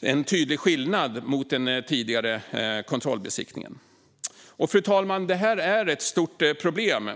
en tydlig skillnad mot den tidigare kontrollbesiktningen. Fru talman! Manipulation av vägmätare är ett stort problem.